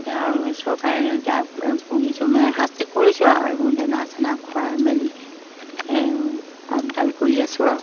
এতিয়া আৰু চৰকাৰে এতিয়া পুহিছোঁ মানে শাস্তি কৰিছোঁ আৰু এইবোৰ দানা চেনা খুৱাই মেলি আপডাল কৰি আছোঁ আৰু